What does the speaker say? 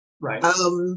Right